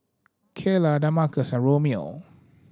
Kaylah Damarcus and Romeo